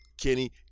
Kenny